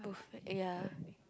ya